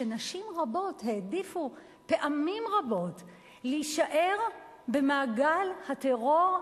הוא שנשים רבות העדיפו פעמים רבות להישאר במעגל הטרור,